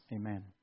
Amen